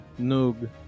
Nug